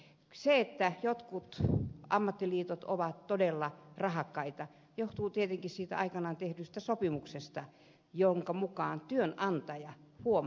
se että jotkut ammattiliitot ovat todella rahakkaita johtuu tietenkin siitä aikanaan tehdystä sopimuksesta jonka mukaan työnantaja huom